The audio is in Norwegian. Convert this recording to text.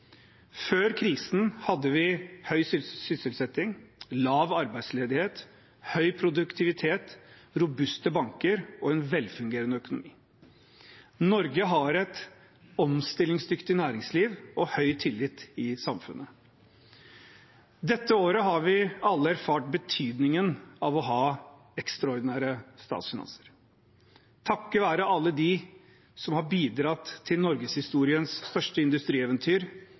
Før krisen hadde vi høy sysselsetting, lav arbeidsledighet, høy produktivitet, robuste banker og en velfungerende økonomi. Norge har et omstillingsdyktig næringsliv og høy tillit i samfunnet. Dette året har vi alle erfart betydningen av å ha ekstraordinære statsfinanser. Takket være alle dem som har bidratt til norgeshistoriens største industrieventyr